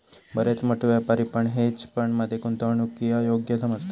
बरेच मोठे व्यापारी पण हेज फंड मध्ये गुंतवणूकीक योग्य समजतत